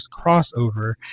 crossover